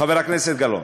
חבר הכנסת גלאון,